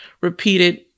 repeated